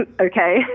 okay